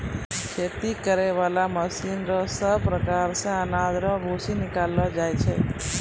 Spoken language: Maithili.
खेती करै बाला मशीन से सभ प्रकार रो अनाज रो भूसी निकालो जाय छै